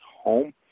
home